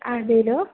അതേലോ